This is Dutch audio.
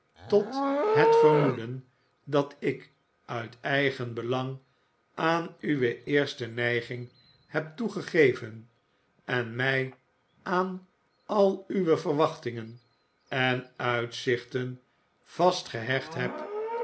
tot het vermoeden dat ik uit eigenbelang aan uwe eerste neiging heb toegegeven en mij aan al uwe verwachtingen en uitzichten vastgehecht heb